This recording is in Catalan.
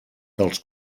dels